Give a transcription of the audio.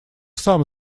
сам